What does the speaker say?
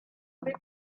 took